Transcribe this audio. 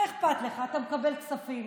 מה אכפת לך, אתה מקבל כספים.